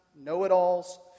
know-it-alls